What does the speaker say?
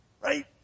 right